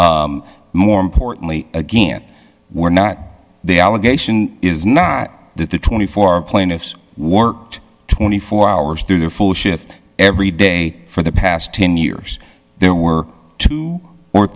t more importantly again we're not they are legation is not that the twenty four plaintiffs worked twenty four hours through their full shift every day for the past ten years there were two or